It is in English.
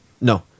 No